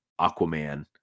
Aquaman